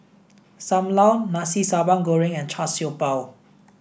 Sam Lau Nasi Sambal Goreng and Char Siew Bao